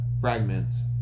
fragments